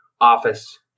office